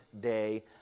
day